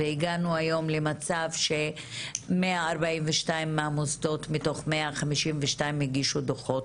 והגענו היום למצב ש-142 מהמוסדות מתוך 152 הגישו דוחות.